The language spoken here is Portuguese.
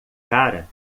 cara